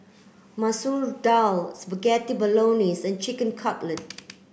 Masoor Dal Spaghetti Bolognese and Chicken Cutlet